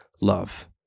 love